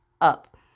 up